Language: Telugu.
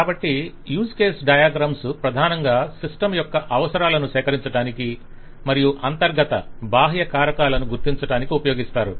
కాబట్టి యూజ్ కేస్ డయాగ్రమ్స్ ప్రధానంగా సిస్టమ్ యొక్క అవసరాలను సేకరించడానికి మరియు అంతర్గత బాహ్య కారకాలను గుర్తించడానికి ఉపయోగిస్తారు